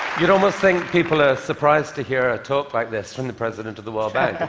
you'd almost think people are surprised to hear a talk like this from the president of the world bank.